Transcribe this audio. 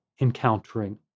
encountering